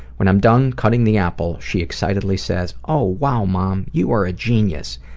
when i'm done cutting the apple she excitedly says, oh, wow mom, you are a genius.